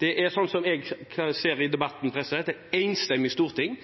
Det er, sånn som jeg ser det i debatten, et enstemmig storting